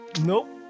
Nope